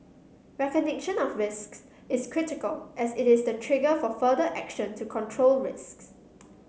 recognition of risks is critical as it is the trigger for further action to control risks